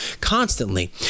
constantly